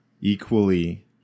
equally